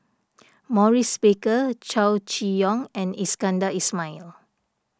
Maurice Baker Chow Chee Yong and Iskandar Ismail